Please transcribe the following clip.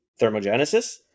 thermogenesis